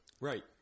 Right